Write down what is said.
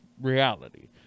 reality